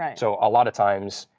yeah so a lot of times,